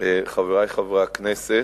חברי חברי הכנסת,